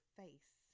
face